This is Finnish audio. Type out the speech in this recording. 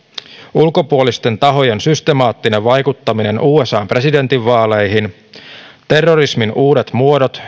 ulkopuolisten tahojen systemaattinen vaikuttaminen usan presidentinvaaleihin terrorismin uudet muodot